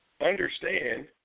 Understand